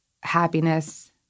happiness